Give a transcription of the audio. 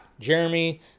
Jeremy